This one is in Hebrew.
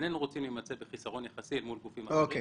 איננו רוצים להימצא בחיסרון יחסי אל מול גופים אחרים.